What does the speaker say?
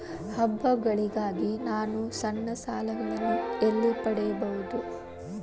ಹಬ್ಬಗಳಿಗಾಗಿ ನಾನು ಸಣ್ಣ ಸಾಲಗಳನ್ನು ಎಲ್ಲಿ ಪಡೆಯಬಹುದು?